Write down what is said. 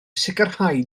sicrhau